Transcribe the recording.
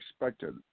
expected